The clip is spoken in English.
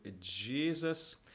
Jesus